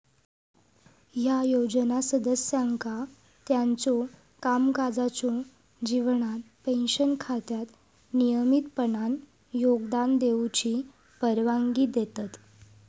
ह्या योजना सदस्यांका त्यांच्यो कामकाजाच्यो जीवनात पेन्शन खात्यात नियमितपणान योगदान देऊची परवानगी देतत